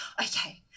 okay